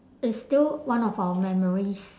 it's still one of our memories